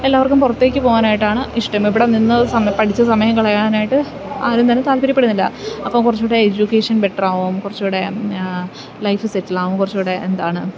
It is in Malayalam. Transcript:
എല്ലാവർക്കും പുറത്തേക്കു പോകാനായിട്ടാണ് ഇഷ്ടം ഇവിടെനിന്നു പഠിച്ചു സമയം കളയാനായിട്ട് ആരും തന്നെ താല്പര്യപ്പെടുന്നില്ല അപ്പോള് കുറച്ചുകൂടെ എഡ്യൂക്കേഷൻ ബെറ്ററാവും കുറച്ചുകൂടെ ലൈഫ് സെറ്റിലാവും കുറച്ചുകൂടെ എന്താണ്